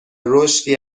رشدی